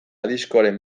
diskoaren